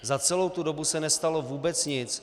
Za celou tu dobu se nestalo vůbec nic.